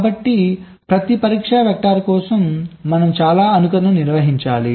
కాబట్టి ప్రతి పరీక్ష వెక్టర్ కోసం మనం చాలా అనుకరణలను నిర్వహించాలి